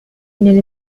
nelle